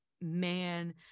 man